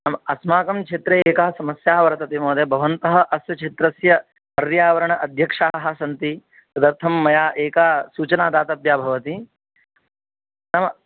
अस्माकं क्षेत्रे एका समस्या वर्तते महोदय भवन्तः अस्य क्षेत्रस्य पर्यावरण अध्यक्षाः सन्ति तदर्थं मया एका सूचना दातव्या भवति नाम